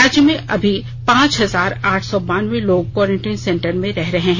राज्य में अभी पांच हजार आठ सौ बानबे लोग कोरेंटीन सेंटर में रह रहे हैं